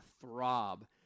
throb